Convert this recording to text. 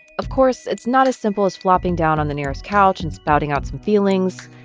of course, it's not as simple as flopping down on the nearest couch and spouting out some feelings.